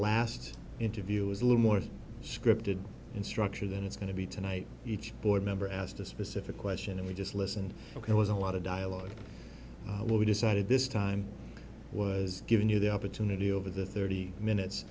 last interview is a little more scripted in structure than it's going to be tonight each board member asked a specific question and we just listened ok it was a lot of dialogue we decided this time was giving you the opportunity over the thirty minutes